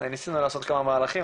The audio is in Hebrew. ניסינו לעשות כמה מהלכים,